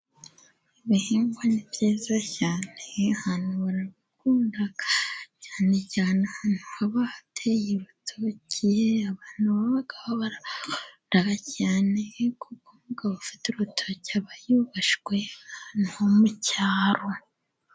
ibihingwa ni byiza cyane abantu barabukunda cyane, cyane ahantu haba hateye urutoki . Abantu b'abagabo bararukunda cyane, kuko umugabo ufite urutoki, aba yubashywe ahantu ho mu cyaro.